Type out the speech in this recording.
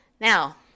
Now